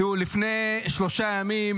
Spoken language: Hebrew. תראו, לפני שלושה ימים